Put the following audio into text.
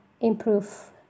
improve